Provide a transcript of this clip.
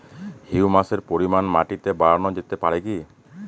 হিউমাসের পরিমান মাটিতে বারানো যেতে পারে কি?